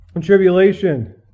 Tribulation